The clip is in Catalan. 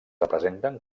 representen